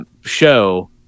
show